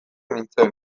nintzen